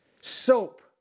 Soap